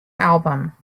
album